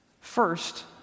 First